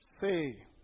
Say